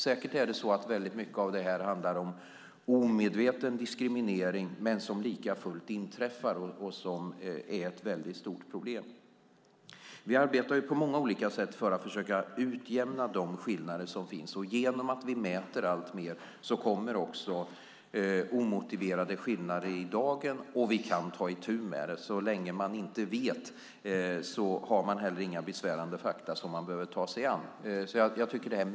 Säkert är det så att väldigt mycket handlar om omedveten diskriminering men som likafullt inträffar och är ett väldigt stort problem. Vi arbetar på många olika sätt för att försöka utjämna de skillnader som finns. Genom att vi mäter alltmer kommer också omotiverade skillnader i dagen, och vi kan ta itu med dem. Så länge man inte vet har man heller inga besvärande fakta som man behöver ta sig an.